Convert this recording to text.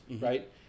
right